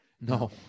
No